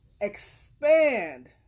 expand